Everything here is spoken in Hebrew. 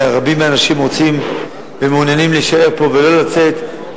ורבים מהאנשים רוצים ומעוניינים להישאר פה ולא לצאת,